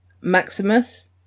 Maximus